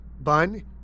bun